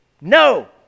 No